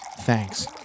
Thanks